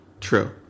True